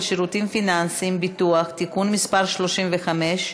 שירותים פיננסיים (ביטוח) (תיקון מס' 35),